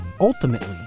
Ultimately